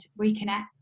reconnect